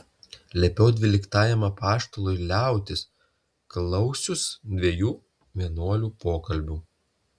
liepiau dvyliktajam apaštalui liautis klausius dviejų vienuolių pokalbių